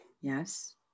Yes